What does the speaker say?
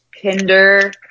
Tinder